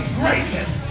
greatness